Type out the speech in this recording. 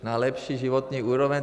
Na lepší životní úroveň.